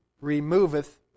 removeth